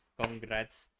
congrats